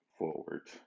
Forward